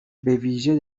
ویژه